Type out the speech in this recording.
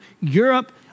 Europe